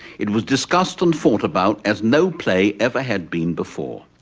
it was discussed and thought about as no play ever had been before.